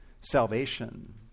salvation